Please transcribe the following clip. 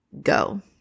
go